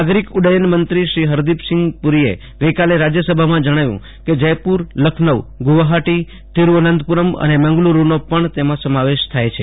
નાગરીક ઉડકયન મંત્રી શ્રી હરદીપ સિંઘ પૂરીએ ગઇકાલે રાજ્ય સભામાં જજ્જાવ્યું કે જયપુર લખનૌ ગુવાહાટી તિરુઅનંતપુરમ અને મેંગલુરૂનો પશ તેમાં સમાવેશ થાય છે